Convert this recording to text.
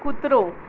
કૂતરો